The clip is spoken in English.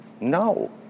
No